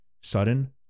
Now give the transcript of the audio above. sudden